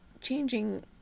changing